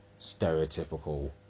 stereotypical